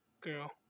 girl